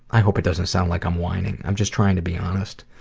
i hope it doesn't sound like i'm whining. i'm just trying to be honest.